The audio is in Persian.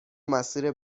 مسیر